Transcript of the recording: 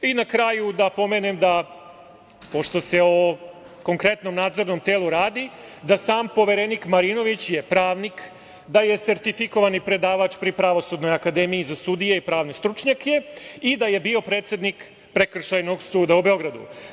I na kraju, da pomenem, pošto se o konkretnom nadzornom telu radi, da sam poverenik Marinović je pravnik, da je sertifikovani predavač pri Pravosudnoj akademiji za sudije i pravne stručnjake i da je bio predsednik Prekršajnog suda u Beogradu.